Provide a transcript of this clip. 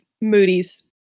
moody's